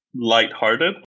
lighthearted